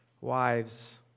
Wives